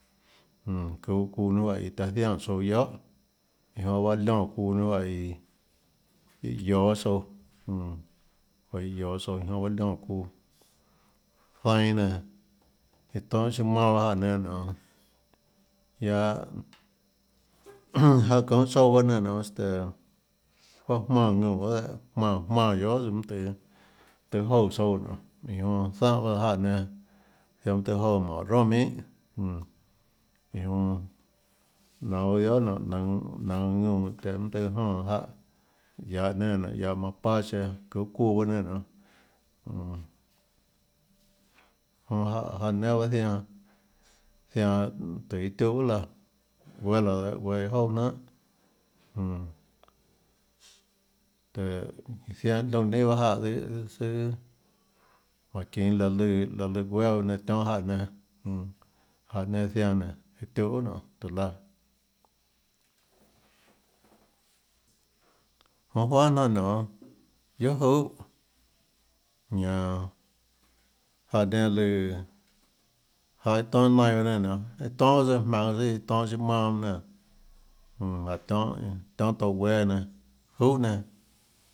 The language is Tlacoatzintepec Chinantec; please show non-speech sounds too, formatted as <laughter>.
Jmm çuhå çuuã ninê juáhã taã zianè tsouã guiohà iã jonã baâ liónã çuuã ninâ juáhã iã guioå baâ tsouã juáhã iã guioå baâ tsouã iã jonã baâ liónã çuuã zianâ nenã iâ tonhâ siâ manâ bahâ jáhã nénâ nonê guiaâ jáh <noise> çounhå tsouã bahâ nénâ nonê este juáhà jmánã ðnúnã guiohà dehâ jmánãjmánã guiohà tsøã mønâ tøhê joúã tsouã nonê iã jonã záhå bahâ jáhã nénâ nonê ziaã mønâ tøâ joúã jmánhå çounã ronà minhà iã jonã naønå tsøã guiohà nonê naønå naønå ðnúnã mønâ tøhê tøhê jonã jáhã guiahå nénâ nonê guiahå mapache çuhå çuuã bahâ nénâ nonê jonã jáhã nénâ baâ zianã zianã tùhå iâ tiuhâ laã guéãlaã dehâ guéã iâ jouà jnanà jmm táhå zianã liónã neinâ jáhã dihâ søâ jmánhå çinå liáhã lùã liáhã lùã guéâ bahâ nénâ tionhâ jáhã nénâ jmm jáhã nénâ zianã nénâ zianã iâ tiuhâ nonê tùhå laã <noise> jonã juanhà jnanà nonê guiohà juhà ñanã jáhã nénâ lùã jáhã iâ tonhâ iâ nainã nénâ nonê iâ tonhâ tsøã iã jmaønå dihâ iã tonhâ siâ manâ mønâ nenè jmm jáhã tionhâ touå guéâ juhà nénâ.